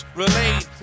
relate